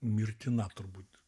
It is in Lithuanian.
mirtina turbūt